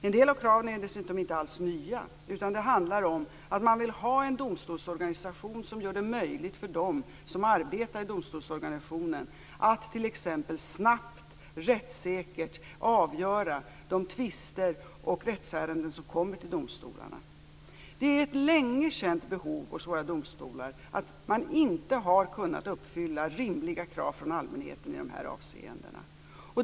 En del av kraven är dessutom inte alls nya, utan vad det handlar om är att de som arbetar i domstolsorganisationen vill ha en organisation som gör det möjligt att snabbt och rättssäkert avgöra de tvister och rättsärenden som kommer till domstolarna. Det är ett länge känt faktum att man vid våra domstolar inte har kunnat uppfylla rimliga krav från allmänheten i dessa avseenden.